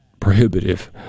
prohibitive